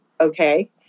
Okay